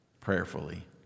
prayerfully